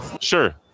Sure